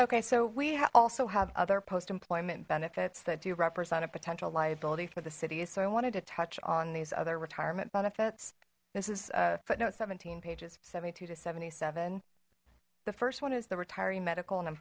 okay so we also have other post employment benefits that do represent a potential liability for the cities so i wanted to touch on these other retirement benefits this is footnote seventeen pages seventy two to seventy seven the first one is the retiree medical and